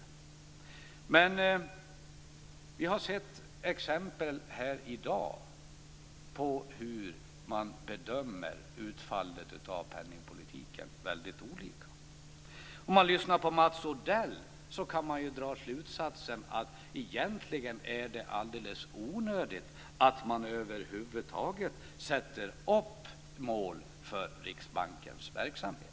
Vi har här i dag sett exempel på att man bedömer utfallet av penningpolitiken väldigt olika. Efter att ha lyssnat på Mats Odell kan man dra slutsatsen att det egentligen är alldeles onödigt att över huvud taget sätta upp mål för Riksbankens verksamhet.